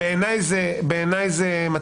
בעיניי זה מצחיק,